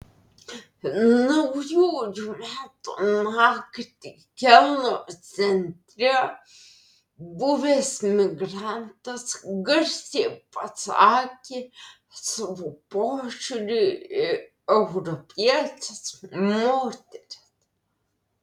naujųjų metų naktį kelno centre buvęs migrantas garsiai pasakė savo požiūrį į europietes moteris